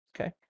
Okay